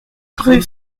rue